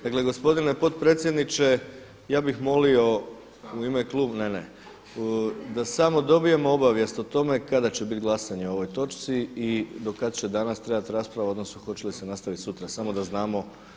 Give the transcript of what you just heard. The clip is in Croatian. Dakle, gospodine potpredsjedniče ja bih molio u ime, ne, ne da samo dobijemo obavijest o tome kada će biti glasanje o ovoj točci i do kada će danas trajati rasprava odnosno hoće li se nastaviti sutra, samo da znamo.